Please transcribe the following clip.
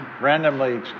randomly